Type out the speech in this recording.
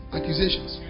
Accusations